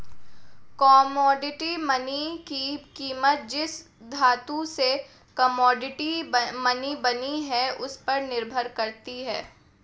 commodity money की कीमत जिस धातु से कोमोडिटी मनी बनी है उस पर निर्भर करती है